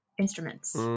instruments